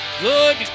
Good